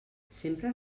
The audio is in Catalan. sempre